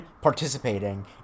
participating